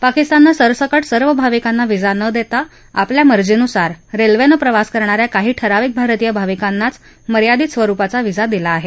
पाकिस्ताननं सरसकट सर्व भाविकांना व्हिसा न देता आपल्या मर्जीनुसार रेल्वेनं प्रवास करणाऱ्या काही ठराविक भारतीय भाविकांनाच मर्यादित स्वरूपाचा व्हिसा दिला आहे